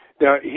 Now